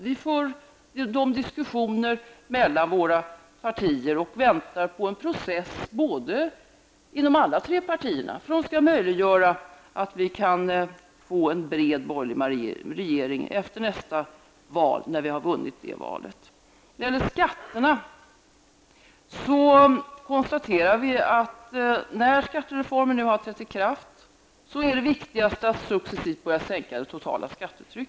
Vi för diskussioner mellan partierna och väntar på en process inom alla de tre borgerliga partierna som skall medföra att vi kan få en bred borgerlig regering efter det att vi har vunnit nästa val. När det gäller skatterna konstaterar vi i folkpartiet att det viktigaste är att börja sänka det totala skattetrycket när nu skattereformen har trätt i kraft.